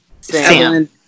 Sam